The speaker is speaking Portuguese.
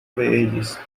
verdes